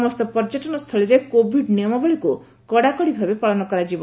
ସମସ୍ତ ପର୍ଯ୍ୟଟନ ସ୍ଥଳୀରେ କୋଭିଡ୍ ନିୟମାବଳୀକୁ କଡ଼ାକଡ଼ି ଭାବେ ପାଳନ କରାଯିବ